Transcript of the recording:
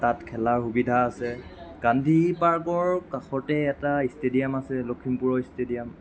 তাত খেলাৰ সুবিধা আছে গান্ধী পাৰ্কৰ কাষতে এটা ষ্টেডিয়াম আছে লখিমপুৰৰ ষ্টেডিয়াম